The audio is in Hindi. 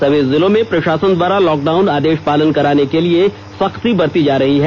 सभी जिलों में प्रशासन द्वारा लॉकडाउन आदेश पालन कराने के लिए सख्ती बरती जा रही है